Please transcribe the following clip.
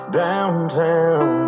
downtown